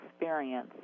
experience